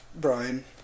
Brian